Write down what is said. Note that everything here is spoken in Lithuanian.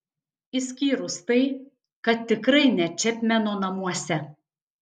išskyrus tai kad tikrai ne čepmeno namuose